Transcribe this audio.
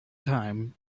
time